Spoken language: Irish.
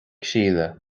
síle